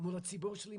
באמון הציבור שלי,